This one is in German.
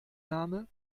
name